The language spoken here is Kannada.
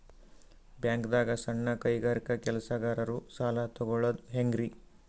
ಬ್ಯಾಂಕ್ದಾಗ ಸಣ್ಣ ಕೈಗಾರಿಕಾ ಕೆಲಸಗಾರರು ಸಾಲ ತಗೊಳದ್ ಹೇಂಗ್ರಿ?